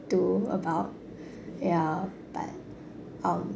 to about ya but um